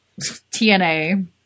TNA